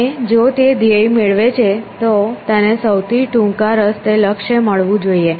અને જો તે ધ્યેય મેળવે છે તો તેને સૌથી ટૂંકા રસ્તે લક્ષ્ય મળવું જોઈએ